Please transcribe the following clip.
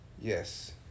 yes